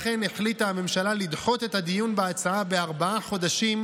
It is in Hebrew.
לכן החליטה הממשלה לדחות את הדיון בהצעה בארבעה חודשים,